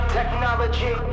Technology